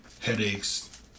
headaches